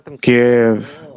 give